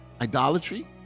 idolatry